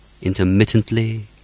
intermittently